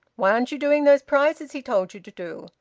why aren't you doing those prizes he told you to do?